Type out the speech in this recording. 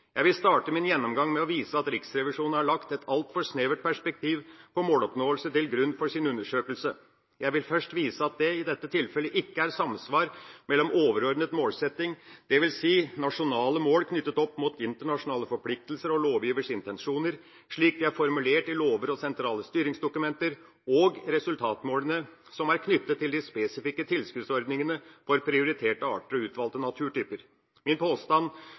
Jeg vil starte min gjennomgang med å vise at Riksrevisjonen har lagt et altfor snevert perspektiv på måloppnåelse til grunn for sin undersøkelse. Jeg vil først vise at det i dette tilfellet ikke er samsvar mellom overordnet målsetting – det vil si nasjonale mål knyttet opp mot internasjonale forpliktelser og lovgivers intensjoner, slik de er formulert i lover og sentrale styringsdokumenter – og resultatmålene som er knyttet til de spesifikke tilskuddsordningene for prioriterte arter og utvalgte naturtyper. Min påstand